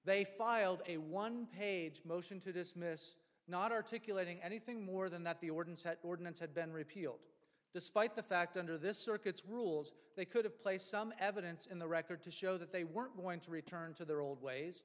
they filed a one page motion to dismiss not articulating anything more than that the ordered set ordinance had been repealed despite the fact under this circuit's rules they could have placed some evidence in the record to show that they weren't going to return to their old ways